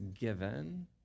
given